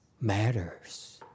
matters